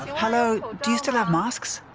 hello! do you still have masks?